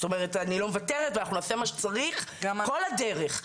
אני לא מוותרת ואנחנו נעשה מה שצריך כל הדרך,